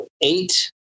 Eight